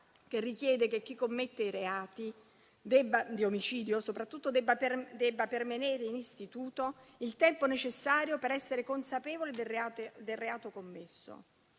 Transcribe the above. che richiede che chi commette reati, soprattutto di omicidio, debba permanere in istituto il tempo necessario per essere consapevole del reato commesso.